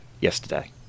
yesterday